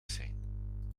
zijn